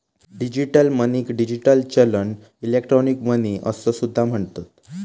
digital मनीक digital चलन, electronic money असो सुद्धा म्हणतत